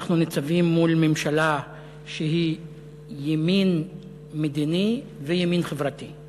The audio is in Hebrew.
אנחנו ניצבים מול ממשלה שהיא ימין מדיני וימין חברתי.